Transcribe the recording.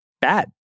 Bad